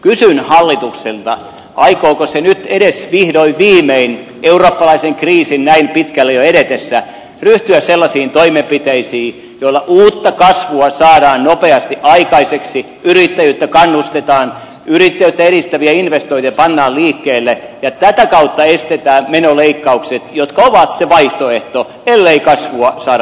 kysyn hallitukselta aikooko se nyt edes vihdoin viimein eurooppalaisen kriisin näin pitkälle jo edetessä ryhtyä sellaisiin toimenpiteisiin joilla uutta kasvua saadaan nopeasti aikaiseksi yrittäjyyttä kannustetaan yrittäjyyttä edistäviä investointeja pannaan liikkeelle ja tätä kautta estetään menoleikkaukset jotka ovat se vaihtoehto ellei kasvua saada nopeasti aikaan